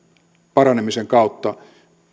paranemisen kautta